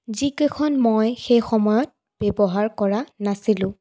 যিকেইখন মই সেই সময়ত ব্যৱহাৰ কৰা নাছিলোঁ